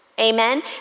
amen